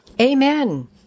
Amen